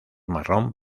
marrón